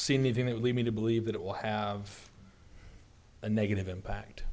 seen anything that would lead me to believe that it will have a negative impact